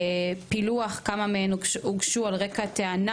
פילוח כמה מהן הוגשו על רקע טענה